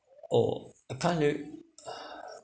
oh I can't it ah